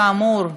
כאמור,